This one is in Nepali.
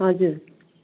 हजुर